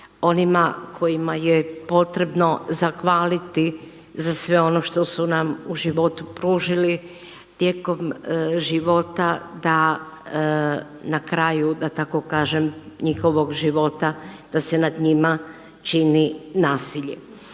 onima kojima je potrebno zahvaliti za sve ono što su nam u životu pružili tijekom života da na kraju da tako kažem njihovog života, da se nad njima čini nasilje.